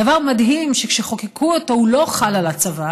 דבר מדהים, כי כשחוקקו אותו הוא לא חל על הצבא,